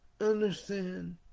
understand